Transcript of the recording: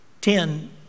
Ten